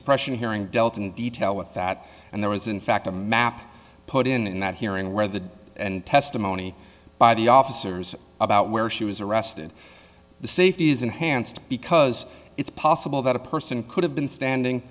suppression hearing dealt in detail with that and there was in fact a map put in that hearing where the and testimony by the officers about where she was arrested the safety is enhanced because it's possible that a person could have been standing